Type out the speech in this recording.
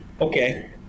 okay